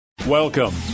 Welcome